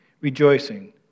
rejoicing